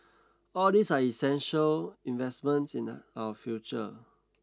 all these are essential investments in our future